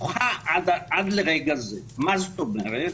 ופתוחה עד לרגע זה, מה זאת אומרת?